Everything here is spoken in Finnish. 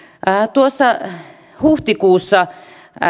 huhtikuussa